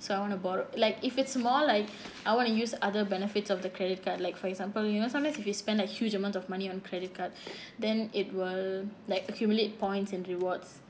so I want to borrow like if it's more like I want to use other benefits of the credit card like for example you know sometimes if you spend a huge amount of money on credit card then it will like accumulate points and rewards